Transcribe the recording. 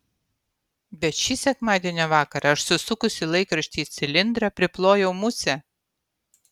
bet šį sekmadienio vakarą aš susukusi laikraštį į cilindrą priplojau musę